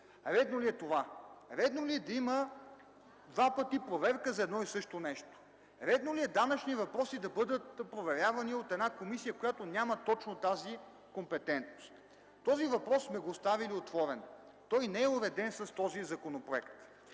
Редно ли е това? Редно ли е да има два пъти проверка за едно и също нещо? Редно ли е данъчни въпроси да бъдат проверявани от комисия, която няма точно тази компетентност? Този въпрос сме оставили отворен. Той не е уреден с този законопроект.